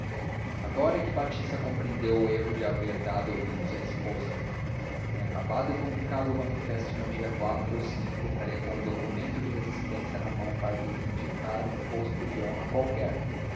agora é que batista compreendeu o erro de haver dado ouvidos à esposa se tem acabado e publicado o manifesto no dia ou aria com um documento de resistência na mão para reivindicar um posto de honra qualquer